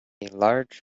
large